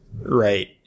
Right